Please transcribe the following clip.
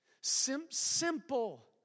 simple